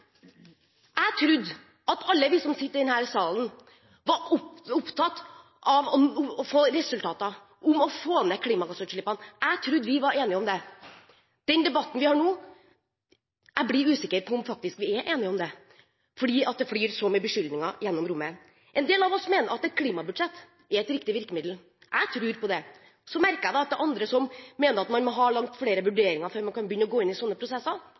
Jeg trodde at alle vi som sitter i denne salen, var opptatt av å få resultater, av å få ned klimagassutslippene. Jeg trodde vi var enige om det. Etter den debatten vi har nå, blir jeg usikker på om vi faktisk er enige om det, fordi det flyr så mange beskyldninger gjennom rommet. En del av oss mener at et klimabudsjett er et riktig virkemiddel. Jeg tror på det. Så merker jeg meg at det er andre som mener at man må ha langt flere vurderinger før man kan begynne å gå inn i sånne prosesser.